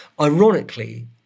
Ironically